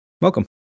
welcome